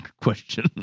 question